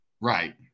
Right